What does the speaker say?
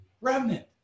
remnant